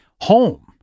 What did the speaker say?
home